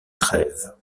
trèves